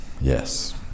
Yes